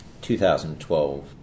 2012